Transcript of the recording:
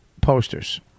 posters